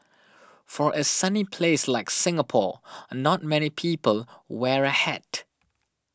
for a sunny place like Singapore not many people wear a hat